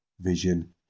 Vision